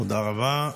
תודה רבה.